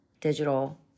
digital